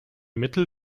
mittel